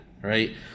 Right